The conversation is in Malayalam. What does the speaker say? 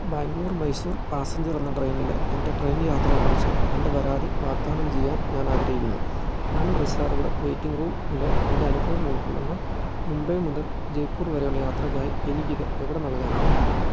ബാംഗ്ലൂർ മൈസൂർ പാസഞ്ചർ എന്ന ട്രെയിനിലെ എൻ്റെ ട്രെയിൻ യാത്രയെക്കുറിച്ച് എൻ്റെ പരാതി വാഗ്ദാനം ചെയ്യാൻ ഞാൻ ആഗ്രഹിക്കുന്നു അൺറിസേർവ്ഡ് വെയ്റ്റിംഗ് റൂമില് എൻ്റെ അനുഭവം ഉൾക്കൊള്ളുന്ന മുംബൈ മുതൽ ജയ്പൂർ വരെയുള്ള യാത്രയ്ക്കായി എനിക്കിത് എവിടെ നൽകാനാകും